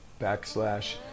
backslash